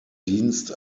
dienst